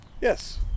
Yes